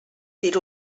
tir